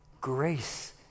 grace